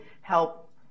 help